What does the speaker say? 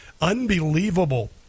unbelievable